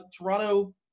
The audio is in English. Toronto